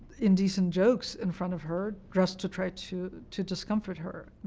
indecent jokes in front of her, just to try to to discomfort her.